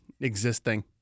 existing